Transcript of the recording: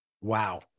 Wow